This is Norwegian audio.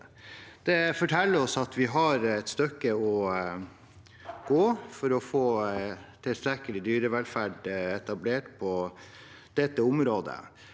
Det forteller oss at vi har et stykke å gå for å få etablert tilstrekkelig dyrevelferd på dette området.